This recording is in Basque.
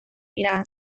iragan